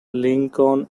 lincoln